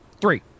three